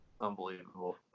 unbelievable